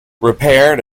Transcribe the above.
repaired